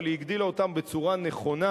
אבל היא הגדילה אותן בצורה נכונה,